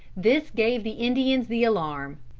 this gave the indians the alarm.